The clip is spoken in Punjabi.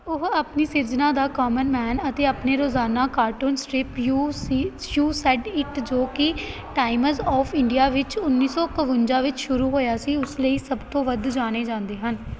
ਉਹ ਆਪਣੀ ਸਿਰਜਣਾ ਦਾ ਕੋਮਨ ਮੈਨ ਅਤੇ ਆਪਣੇ ਰੋਜ਼ਾਨਾ cartoon strip you see you said it ਜੋ ਕਿ ਟਾਈਮਜ਼ ਆਫ਼ ਇੰਡੀਆ ਵਿੱਚ ਉੱਨੀ ਸੌ ਇਕਵੰਜਾ ਵਿੱਚ ਸ਼ੁਰੂ ਹੋਇਆ ਸੀ ਉਸ ਲਈ ਸਭ ਤੋਂ ਵੱਧ ਜਾਣੇ ਜਾਂਦੇ ਹਨ